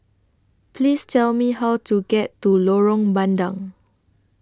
Please Tell Me How to get to Lorong Bandang